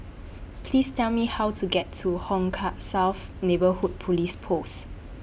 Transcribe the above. Please Tell Me How to get to Hong Kah South Neighbourhood Police Post